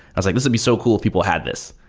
i was like, this would be so cool if people had this.